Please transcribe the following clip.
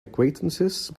acquaintances